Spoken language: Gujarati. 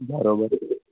બરોબર